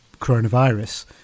coronavirus